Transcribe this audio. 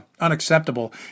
unacceptable